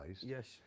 yes